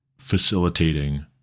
facilitating